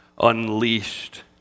unleashed